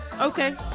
Okay